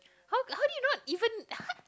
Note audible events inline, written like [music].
how how do you know it even [noise]